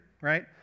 right